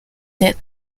ted